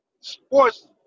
sports